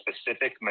specific